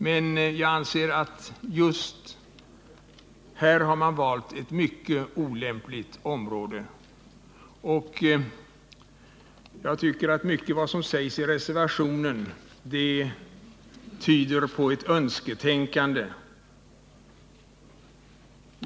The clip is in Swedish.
Men jag anser att man här har valt ett mycket olämpligt område. Mycket av det som sägs i reservationen tyder på ett önsketänkande.